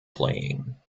playing